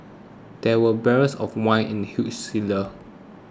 there were barrels of wine in the huge cellar